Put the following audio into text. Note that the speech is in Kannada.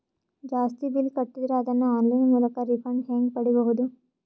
ಜಾಸ್ತಿ ಬಿಲ್ ಕಟ್ಟಿದರ ಅದನ್ನ ಆನ್ಲೈನ್ ಮೂಲಕ ರಿಫಂಡ ಹೆಂಗ್ ಪಡಿಬಹುದು?